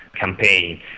campaign